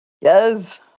Yes